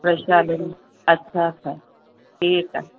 वैशाली में अच्छा अच्छा ठीकु आहे